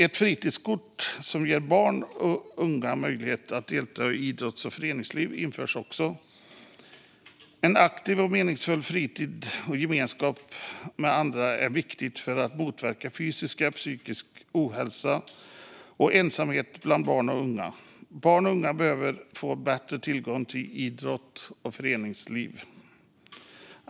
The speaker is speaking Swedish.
Ett fritidskort som ger barn och unga möjlighet att delta i idrotts och föreningslivet införs också. En aktiv och meningsfull fritid i gemenskap med andra är viktig för att motverka fysisk och psykisk ohälsa och ensamhet bland barn och unga. Barn och ungdomar behöver få bättre tillgång till idrotts och föreningslivet.